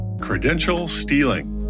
credential-stealing